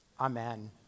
Amen